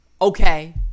okay